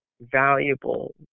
valuable